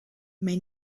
may